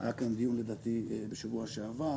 היה כאן דיון בשבוע שעבר,